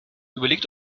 überlegt